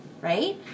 right